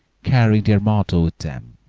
carrying their motto with them,